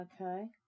Okay